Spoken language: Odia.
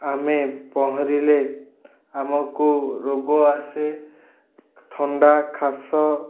ଆମେ ପହଁରିଲେ ଆମକୁ ରୋଗ ଆସେ ଥଣ୍ଡା କାଶ